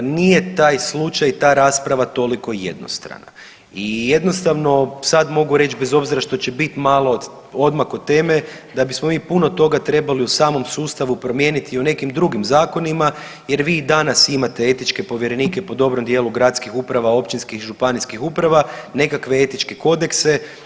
Nije taj slučaj i ta rasprava toliko jednostrana i jednostavno sad mogu reć bez obzira što će bit malo odmak od teme da bismo mi puno toga trebali u samom sustavu promijeniti i u nekim drugim Zakonima, jer vi i danas imate etičke Povjerenike pod dobrom dijelu Gradskih uprava, Općinskih, Županijskih uprava nekakve etičke kodekse.